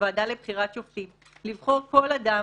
לוועדה לבחירת שופטים לבחור כל אדם.